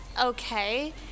okay